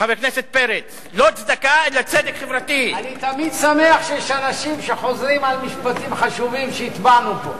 אני תמיד שמח שיש אנשים שחוזרים על משפטים חשובים שהטבענו פה.